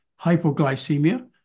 hypoglycemia